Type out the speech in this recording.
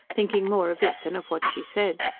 thinking more of it than of what she said.